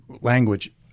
language